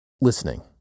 listening